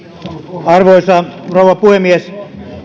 arvoisa rouva puhemies